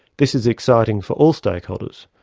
this is exciting for all stakeholders,